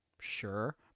Sure